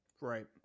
Right